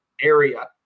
area